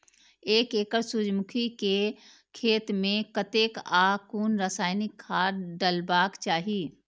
एक एकड़ सूर्यमुखी केय खेत मेय कतेक आ कुन रासायनिक खाद डलबाक चाहि?